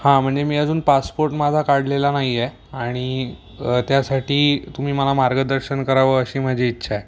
हां म्हणजे मी अजून पासपोर्ट माझा काढलेला नाही आहे आणि त्यासाठी तुम्ही मला मार्गदर्शन करावं अशी माझी इच्छा आहे